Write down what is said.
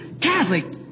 Catholic